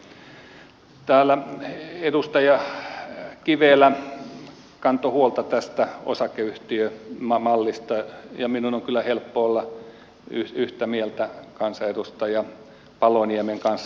täällä edustaja kivelä kantoi huolta tästä osakeyhtiömallista ja minun on kyllä helppo olla yhtä mieltä kansanedustaja paloniemen kanssa